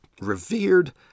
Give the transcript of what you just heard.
revered